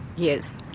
yes,